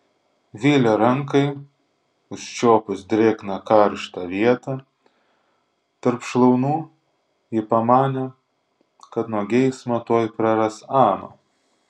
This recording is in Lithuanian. vilio rankai užčiuopus drėgną karštą vietą tarp šlaunų ji pamanė kad nuo geismo tuoj praras amą